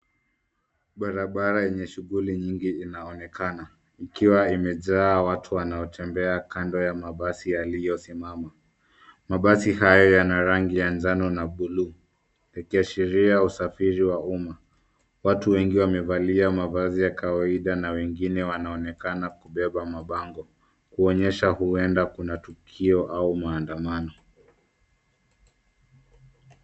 Barabara yenye shughuli nyingi inaonekana. Ikiwa imejaa watu wanaotembea kando ya mabasi yaliyosimama. Mabasi haya yana rangi ya jano na bluu. Ikiashiria usafiri wa umma. Watu wengi wamevalia mavazi ya kawaida na wengine wanaonekana kubeba mabango. Kuonyesha huenda kuna tukio au maandamano.